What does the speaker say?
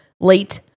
late